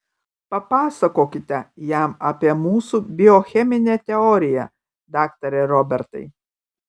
papasakokite jam apie mūsų biocheminę teoriją daktare robertai